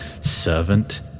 Servant